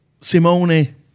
Simone